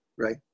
right